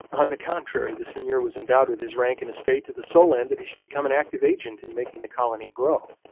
on the contrary, the seigneur was endowed with his rank and estate to the sole end that he should become an active agent in making the colony grow.